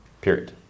period